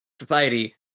society